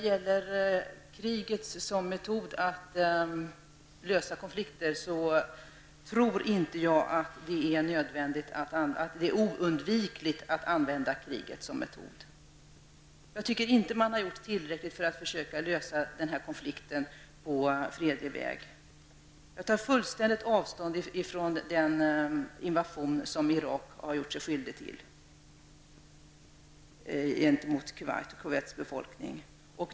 Jag tror inte att det är oundvikligt att använda kriget som metod att lösa konflikter. Jag tycker inte att man har gjort tillräckligt för att lösa den här konflikten på fredlig väg. Jag tar fullständigt avstånd från den invasion som Irak har gjort sig skyldigt till gentemot Kuwait och dess befolkning.